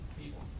people